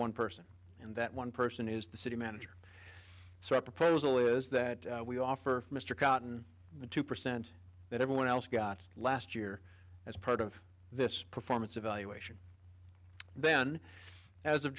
one person and that one person is the city manager so i proposal is that we offer mr cotton the two percent that everyone else got last year as part of this performance evaluation then as of